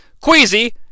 Queasy